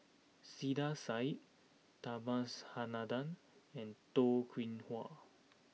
Saiedah Said Subhas Anandan and Toh Kim Hwa